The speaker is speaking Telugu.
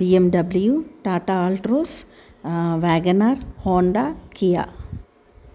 BMW Tata Altroz wagon R Honda Kia